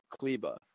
Kleba